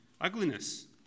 ugliness